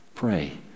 Pray